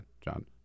John